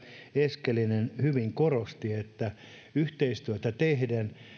eskelinen hyvin korosti yhteistyötä tehden